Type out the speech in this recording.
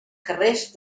carrers